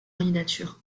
candidatures